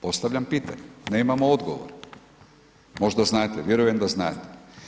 Postavljam pitanje, nemamo odgovor, možda znate, vjerujem da znate.